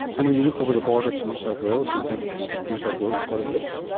and when you look over the border to new south wales, do you think new south wales has got it licked?